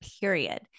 period